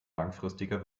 langfristiger